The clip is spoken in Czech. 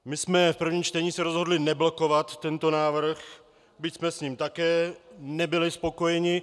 My jsme se v prvním čtení rozhodli neblokovat tento návrh, byť jsme s ním také nebyli spokojeni.